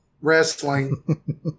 wrestling